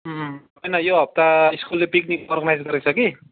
उम् होइन यो हप्ता स्कुलले पिकनिक अर्गनाइज गरेको छ कि